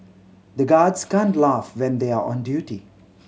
the guards can't laugh when they are on duty